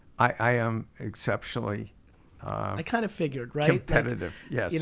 i am exceptionally i kind of figured. competitive. yeah you know,